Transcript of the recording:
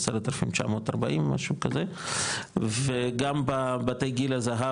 10,940 משהו כזה וגם בתי גיל הזה,